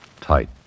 tight